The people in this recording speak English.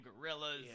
gorillas